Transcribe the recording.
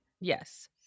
Yes